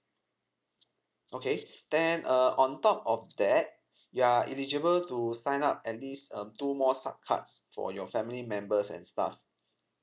okay then uh on top of that you are eligible to sign up at least um two more sub cards for your family members and stuff